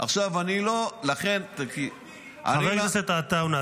לכן ------ חבר הכנסת עטאונה,